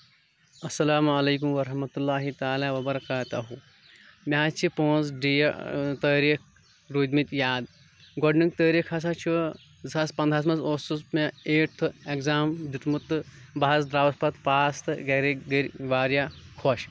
اسلام علیکم ورحمتہ اللہ تعالیٰ وبرکاتہ مےٚ حظ چھِ پانٛژھ ڈے تٲریٖخ روٗدمٕتۍ یاد گۄڈٕنیُک تٲریٖخ ہسا چھُ زٕ ساس پندہَس منٛز اوسُس مےٚ ایٹتھٕ اٮ۪کزام دِیُتمُت تہٕ بہٕ حظ درٛاوُس پَتہٕ پاس تہٕ گرِکۍ گٔیے واریاہ خۄش